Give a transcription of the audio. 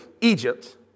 Egypt